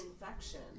infection